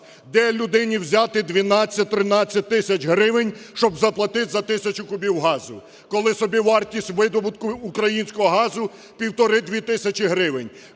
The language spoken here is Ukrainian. Де людині взяти 12-13 тисяч гривень, щоб заплатити за тисячу кубів газу, коли собівартість видобутку українського газу півтори-дві тисячі гривень?